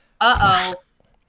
Uh-oh